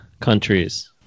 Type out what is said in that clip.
countries